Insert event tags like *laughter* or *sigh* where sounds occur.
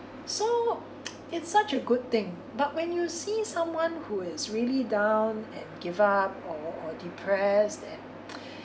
so *noise* it's such a good thing but when you see someone who is really down and give up or or depressed and